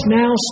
now